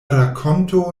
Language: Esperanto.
rakonto